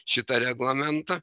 šitą reglamentą